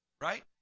right